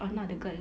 mmhmm